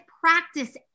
practice